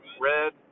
red